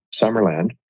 Summerland